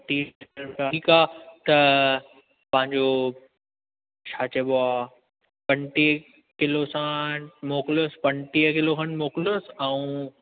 T टिका त पंहिंजो छा चइबो आहे पंजुटीह किलो सां मोकिलियोसि पंजटीह किलो खनि मोकिलियोसि ऐं